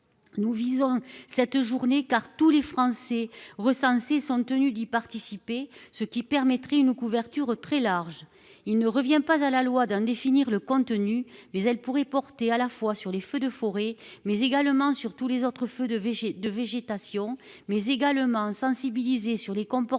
Nous visons cette journée car tous les Français recensés sont tenus d'y participer, ce qui permettrait une couverture très large, il ne revient pas à la loi d'un définir le contenu, les elle pourrait porter à la fois sur les feux de forêt mais également sur tous les autres feux de VG de végétation mais également sensibiliser sur les comportements